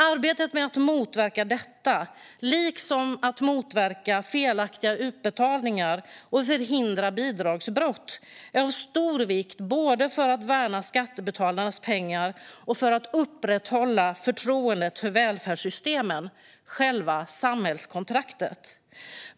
Arbetet med att motverka detta, liksom arbetet med att minska felaktiga utbetalningar och förhindra bidragsbrott, är av stor vikt både för att värna skattebetalarnas pengar och för att upprätthålla förtroendet för välfärdssystemen, själva samhällskontraktet.